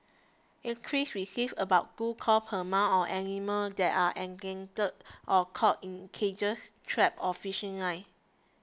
acres receives about two calls per month on animals there are entangled or caught in cages traps or fishing lines